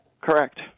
Correct